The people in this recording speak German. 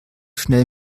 schnell